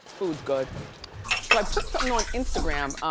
food's good. so i put something on instagram,